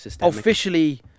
officially